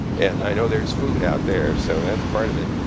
i know there's food out there. so that's part of it.